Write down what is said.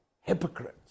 hypocrites